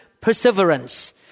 perseverance